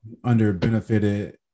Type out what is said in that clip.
Underbenefited